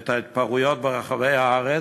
את ההתפרעויות ברחבי הארץ,